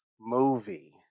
movie